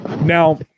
Now